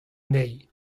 anezhi